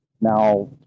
now